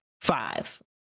five